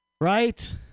Right